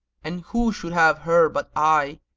and who should have her but i?